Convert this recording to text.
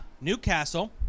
Newcastle